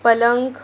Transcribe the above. पलंग